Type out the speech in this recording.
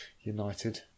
United